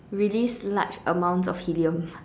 release large amounts of helium